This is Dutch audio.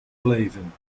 beleven